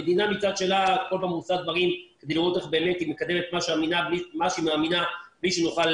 המדינה מהצד שלה כל הזמן עושה דברים ומקדמת את מה שהיא מאמינה בלי שנוכל